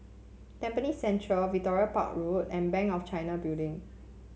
Tampines Central Victoria Park Road and Bank of China Building